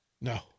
No